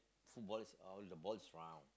footballers uh the ball is round